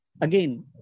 again